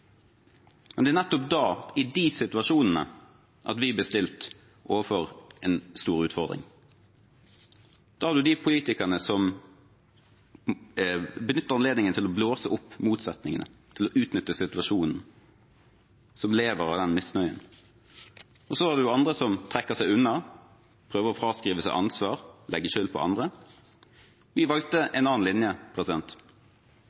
situasjonene, vi blir stilt overfor en stor utfordring. Da har man politikere som benytter anledningen til å blåse opp motsetningene, til å utnytte situasjonen, som lever av den misnøyen, og så har man andre som trekker seg unna, prøver å fraskrive seg ansvar, legge skylden på andre. Vi valgte